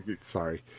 Sorry